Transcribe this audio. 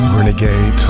Renegade